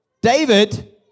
David